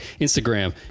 Instagram